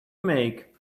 make